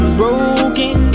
broken